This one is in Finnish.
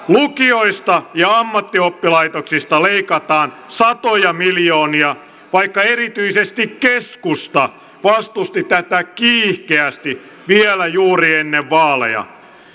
lukioista ja ammattioppilaitoksista leikataan satoja miljoonia vaikka erityisesti keskusta vastusti tätä kiihkeästi vielä juuri ennen vaaleja